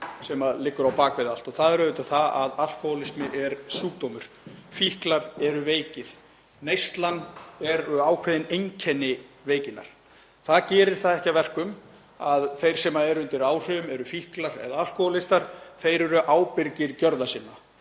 sem liggur á bak við allt og það er auðvitað það að alkóhólismi er sjúkdómur. Fíklar eru veikir, neyslan er ákveðið einkenni veikinnar. Það gerir það ekki að verkum að þeir sem eru undir áhrifum, fíklar, alkóhólistar, séu ekki ábyrgir gjörða sinna.